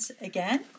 again